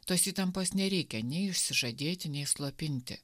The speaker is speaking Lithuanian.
tos įtampos nereikia nei išsižadėti nei slopinti